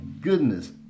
goodness